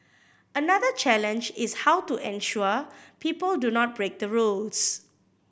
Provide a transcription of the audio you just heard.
another challenge is how to ensure people do not break the rules